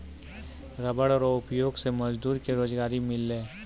rubber रो उपयोग से मजदूर के रोजगारी मिललै